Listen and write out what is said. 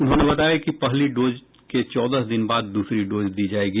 उन्होंने बताया कि पहली डोज के चौदह दिन बाद दूसरी डोज दी जायेगी